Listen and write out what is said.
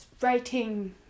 writing